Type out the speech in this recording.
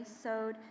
sewed